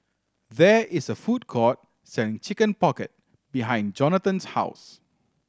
there is a food court selling Chicken Pocket behind Jonatan's house